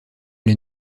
les